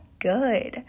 good